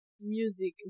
music